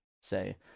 say